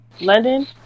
London